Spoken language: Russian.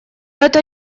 это